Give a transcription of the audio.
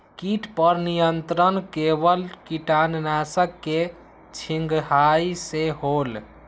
किट पर नियंत्रण केवल किटनाशक के छिंगहाई से होल?